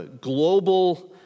global